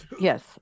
Yes